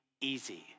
easy